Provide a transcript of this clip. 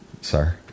Sir